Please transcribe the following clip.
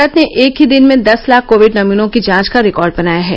भारत ने एक ही दिन में दस लाख कोविड नमूनों की जांच का रिकॉर्ड बनाया है